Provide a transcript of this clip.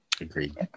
Agreed